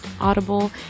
Audible